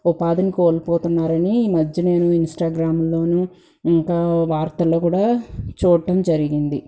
ఉపాధిని కోల్పోతున్నారని ఈ మధ్య నేను ఇన్స్టాగ్రామ్లోనూ ఇంకా వార్తల్లో కూడా చూడటం జరిగింది